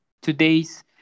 today's